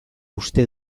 uste